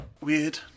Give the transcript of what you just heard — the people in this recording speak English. Weird